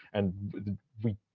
and we,